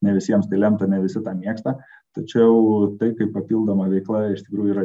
ne visiems tai lemta ne visi tą mėgsta tačiau tai kaip papildoma veikla iš tikrųjų yra